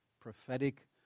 prophetic